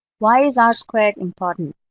why is r squared important?